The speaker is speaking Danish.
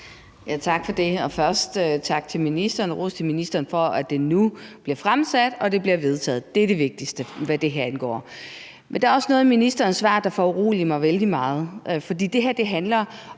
Tak for det. Først tak og ros til ministeren for, at det nu bliver fremsat og det bliver vedtaget. Det er det vigtigste, hvad det her angår. Men der er også noget i ministerens svar, der foruroliger mig vældig meget, for det her handler